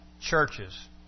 churches